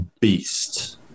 beast